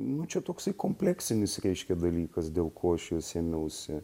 nu čia toksai kompleksinis reiškia dalykas dėl ko aš jos ėmiausi